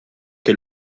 que